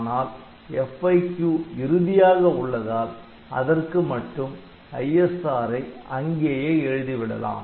ஆனால் FIQ இறுதியாக உள்ளதால் அதற்கு மட்டும் ISR ஐ அங்கேயே எழுதிவிடலாம்